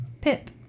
Pip